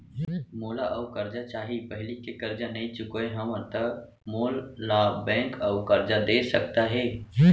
मोला अऊ करजा चाही पहिली के करजा नई चुकोय हव त मोल ला बैंक अऊ करजा दे सकता हे?